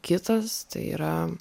kitas tai yra